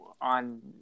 on